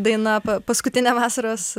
daina paskutinė vasaros